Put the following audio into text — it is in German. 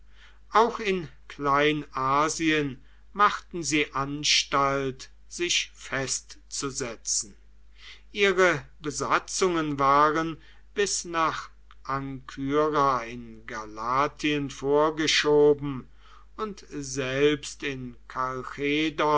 auch in kleinasien machten sie anstalt sich festzusetzen ihre besatzungen waren bis nach ankyra in galatien vorgeschoben und selbst in